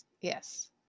Yes